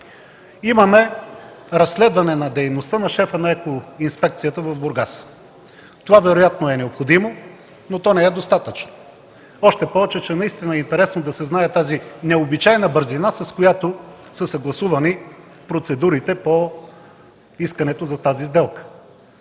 Имаме разследване на дейността на шефа на екоинспекцията в Бургас. Това вероятно е необходимо, но не е достатъчно, още повече че наистина е интересно да се знае тази необичайна бързина, с която са съгласувани процедурите по искането за тази сделка.